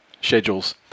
schedules